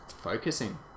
focusing